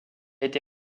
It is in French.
été